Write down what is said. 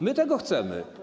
My tego chcemy.